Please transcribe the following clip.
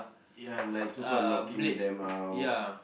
ya like so called knocking them out